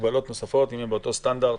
הגבלות נוספות אם הם באותו סטנדרט.